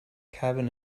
cabin